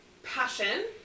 passion